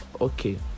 Okay